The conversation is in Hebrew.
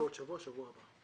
לא בעוד שבוע אלא בשבוע הבא.